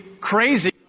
crazy